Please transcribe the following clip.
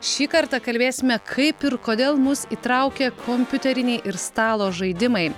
šį kartą kalbėsime kaip ir kodėl mus įtraukia kompiuteriniai ir stalo žaidimai